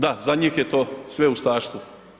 Da, za njih je to sve ustaštvo.